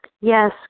Yes